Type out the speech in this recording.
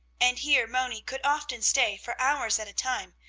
and here moni could often stay for hours at a time,